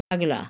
अगला